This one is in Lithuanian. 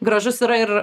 gražus yra ir